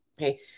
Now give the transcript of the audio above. Okay